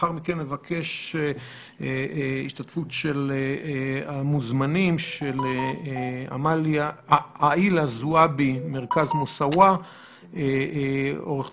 לאחר מכן אבקש השתתפות של המוזמנים: עאליה זועבי ממרכז מוסאוא; עורכת